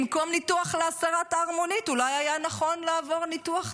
במקום ניתוח להסרת הערמונית אולי היה נכון לעבור ניתוח,